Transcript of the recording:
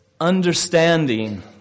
understanding